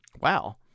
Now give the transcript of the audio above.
wow